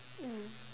mm